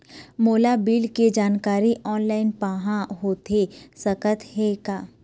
मोला बिल के जानकारी ऑनलाइन पाहां होथे सकत हे का?